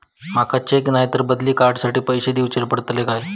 माका चेक नाय तर बदली कार्ड साठी पैसे दीवचे पडतले काय?